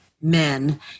men